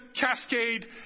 cascade